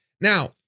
Now